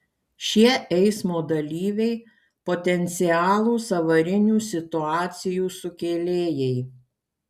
šie eismo dalyviai potencialūs avarinių situacijų sukėlėjai